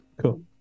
Cool